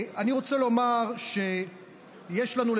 אני רוצה לומר שיש לנו,